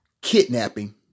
kidnapping